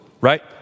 right